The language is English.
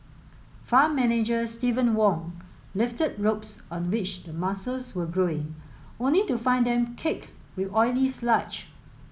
farm manager Steven Wong lifted ropes on which the mussels were growing only to find them caked with oily sludge